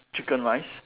chicken rice